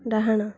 ଡାହାଣ